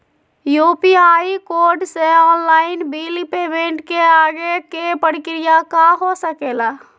UPI code से online bill payment के आगे के प्रक्रिया का हो सके ला?